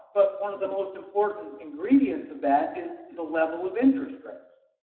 but one of the most important ingredients of that is the level of interest rates.